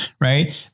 Right